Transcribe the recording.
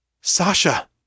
Sasha